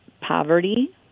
poverty